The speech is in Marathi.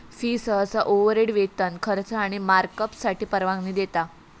फी सहसा ओव्हरहेड, वेतन, खर्च आणि मार्कअपसाठी परवानगी देता